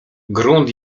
grunt